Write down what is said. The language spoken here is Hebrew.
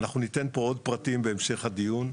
אנחנו ניתן פה עוד פרטים בהמשך הדיון.